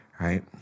right